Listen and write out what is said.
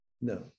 No